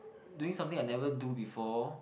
doing something I never do before